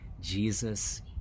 jesus